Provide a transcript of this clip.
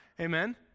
amen